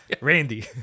Randy